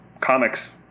comics